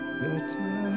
better